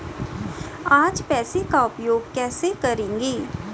आप पैसे का उपयोग कैसे करेंगे?